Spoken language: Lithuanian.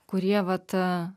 kurie vat